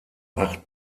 acht